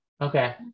Okay